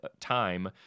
time